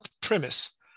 premise